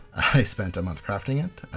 i spent a month crafting it.